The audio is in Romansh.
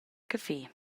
caffé